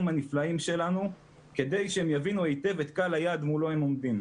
הנפלאים שלנו כדי שהם יבינו היטב את קהל היעד מולו הם עומדים.